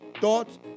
thoughts